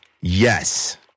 yes